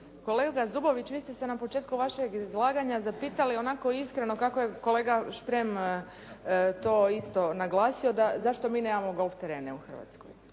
Kolega Zubović vi ste se na početku vašeg izlaganja zapitali onako iskreno kako je kolega Šprem to isto naglasio da zašto mi nemamo golf terene u Hrvatskoj?